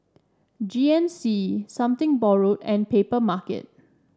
G N C Something Borrowed and Papermarket